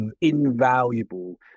invaluable